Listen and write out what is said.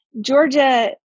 Georgia